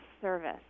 service